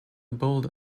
bold